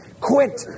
quit